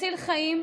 מציל חיים.